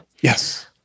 Yes